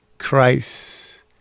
christ